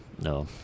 No